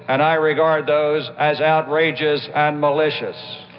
and i regard those as outrageous and malicious,